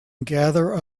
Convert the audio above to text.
gather